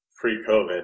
pre-COVID